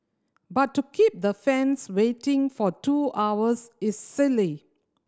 but to keep the fans waiting for two hours is silly